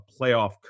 playoff